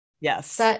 Yes